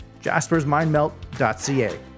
jaspersmindmelt.ca